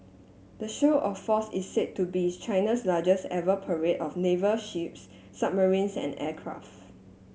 the show of force is said to be China's largest ever parade of naval ships submarines and aircraft